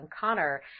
Connor